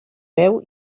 veu